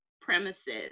premises